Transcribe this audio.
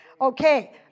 Okay